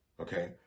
okay